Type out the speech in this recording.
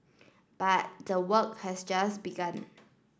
but the work has just begun